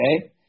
okay